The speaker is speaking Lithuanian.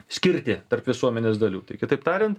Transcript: skirtį tarp visuomenės dalių kitaip tariant